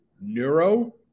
neuro